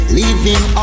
living